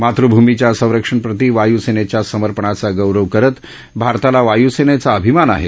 मातृभूमीच्या संरक्षणप्रति वायूसेनेच्या समर्पणाचा गौरव करत भारताला वासूसेनेचा अभिमान आहे